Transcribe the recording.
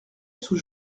sous